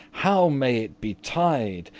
how may it betide,